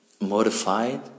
modified